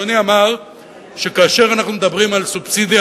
אדוני אמר שכאשר אנחנו מדברים על סובסידיה